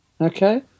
Okay